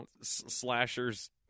Slasher's